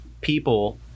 people